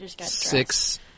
Six